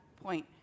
point